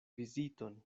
viziton